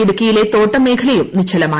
ഇടുക്കിയിലെ തോട്ടം മേഖലയും നിശ്ചലമായി